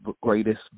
greatest